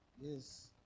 Yes